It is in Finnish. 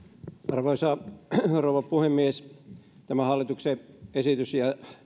arvoisa rouva puhemies tämä hallituksen esitys